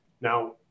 Now